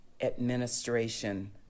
administration